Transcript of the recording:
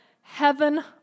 heaven